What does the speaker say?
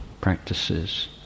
Practices